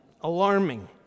Alarming